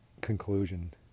conclusion